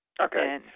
Okay